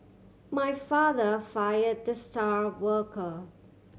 my father fire the star worker